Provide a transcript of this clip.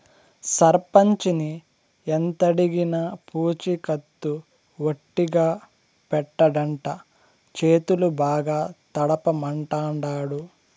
సర్పంచిని ఎంతడిగినా పూచికత్తు ఒట్టిగా పెట్టడంట, చేతులు బాగా తడపమంటాండాడు